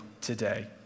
today